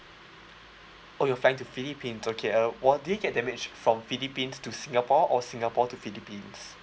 oh you're flying to philippines okay uh wha~ did it get damage from philippines to singapore or singapore to philippines